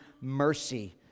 mercy